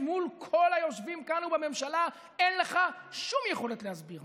מול כל היושבים כאן ובממשלה אין לך שום יכולת להסביר.